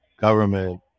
government